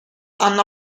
hanno